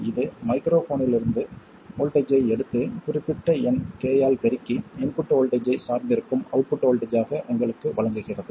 இது மைக்ரோஃபோனிலிருந்து வோல்ட்டேஜ் ஐ எடுத்து குறிப்பிட்ட எண் k ஆல் பெருக்கி இன்புட் வோல்ட்டேஜ் ஐச் சார்ந்திருக்கும் அவுட்புட் வோல்ட்டேஜ் ஆக உங்களுக்கு வழங்குகிறது